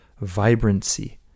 vibrancy